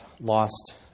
lost